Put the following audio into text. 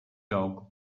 dog